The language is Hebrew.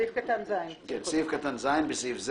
בסעיף זה